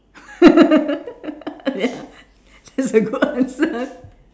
ya that's a good answer